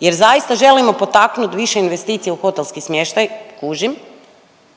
jer zaista želimo potaknuti više investicija u hotelski smještaj kužim